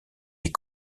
les